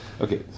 Okay